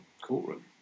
courtroom